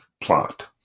plot